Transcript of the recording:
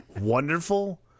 wonderful